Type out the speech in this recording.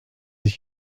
sich